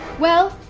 well,